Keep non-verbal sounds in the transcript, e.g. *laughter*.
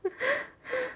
*laughs*